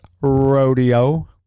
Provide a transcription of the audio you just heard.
rodeo